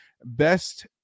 best